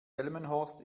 delmenhorst